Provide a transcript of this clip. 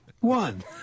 One